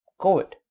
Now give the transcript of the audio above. COVID